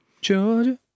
Georgia